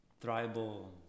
tribal